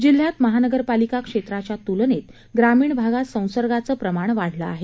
जिल्ह्यात महापालिका क्षेत्राच्या तुलनेत ग्रामीण भागात संसर्गाचं प्रमाण वाढतं आहे